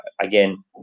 again